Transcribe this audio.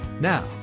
Now